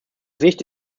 sicht